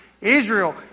Israel